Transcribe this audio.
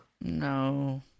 No